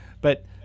But-